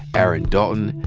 aaron dalton,